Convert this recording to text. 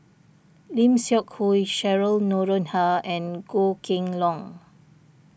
Lim Seok Hui Cheryl Noronha and Goh Kheng Long